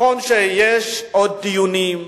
נכון שיש עוד דיונים,